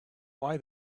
why